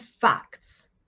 facts